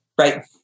Right